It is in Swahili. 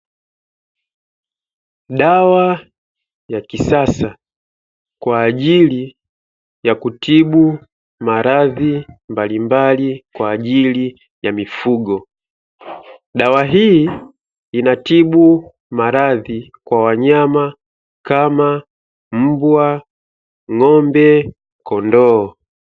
Dawa ya kisasa kwa ajili ya kutibu maradhi mbalimbali kwa ajili ya mifugo dawa hii inatibu maradhi kwa wanyama kama mbwa ,ng'ombe, kondoo.